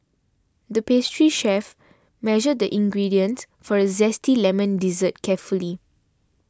the pastry chef measured the ingredients for a Zesty Lemon Dessert carefully